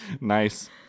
Nice